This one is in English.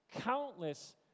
Countless